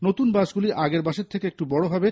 নতুন বাসগুলি আগের বাসের থেকে একটি বড় হবে